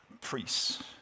priests